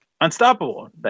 unstoppable